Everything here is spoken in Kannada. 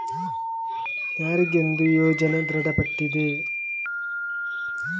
ಯಾರಿಗೆಂದು ಯೋಜನೆ ದೃಢಪಟ್ಟಿದೆ?